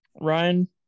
Ryan